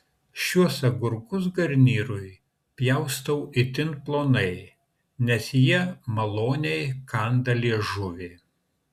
šiuos agurkus garnyrui pjaustau itin plonai nes jie maloniai kanda liežuvį